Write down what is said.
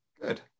good